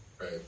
Right